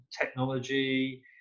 technology